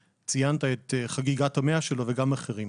שציינת את חגיגת ה-100 שלו וגם אחרים.